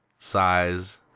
size